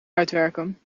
uitwerken